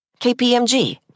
KPMG